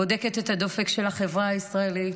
בודק את הדופק של החברה הישראלית,